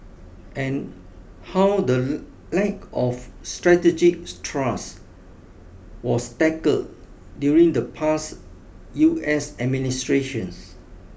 and how the lack of strategic trust was tackled during the past U S administrations